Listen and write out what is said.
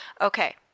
Okay